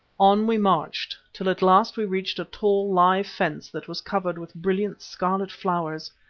on we marched till at last we reached a tall, live fence that was covered with brilliant scarlet flowers,